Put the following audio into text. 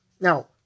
Now